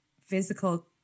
physical